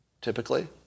typically